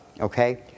okay